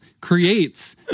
creates